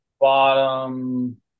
Bottom